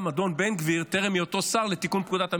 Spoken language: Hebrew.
אדון בן גביר טרם היותו שר לתיקון פקודת המשטרה.